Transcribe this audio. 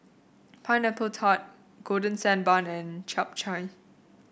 Pineapple Tart Golden Sand Bun and Chap Chai